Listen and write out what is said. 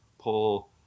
pull